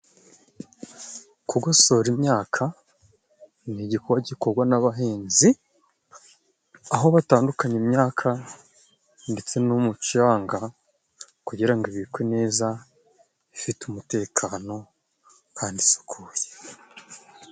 Kugosora imyaka ni igikogwa gikogwa n'abahinzi, aho batandukanya imyaka ndetse n'umucanga, kugira ngo ibikwe neza ifite umutekano kandi isukuye.